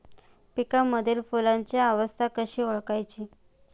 पिकांमधील फुलांची अवस्था कशी ओळखायची?